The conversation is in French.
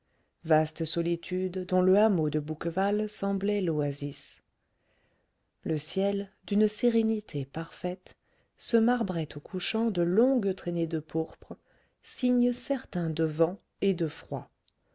vaste solitude dont le hameau de bouqueval semblait l'oasis le ciel d'une sérénité parfaite se marbrait au couchant de longues traînées de pourpre signe certain de vent et de froid